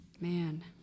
Man